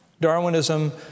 Darwinism